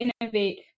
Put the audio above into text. innovate